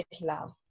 love